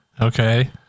okay